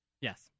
Yes